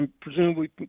presumably